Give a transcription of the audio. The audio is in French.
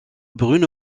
bruno